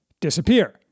disappear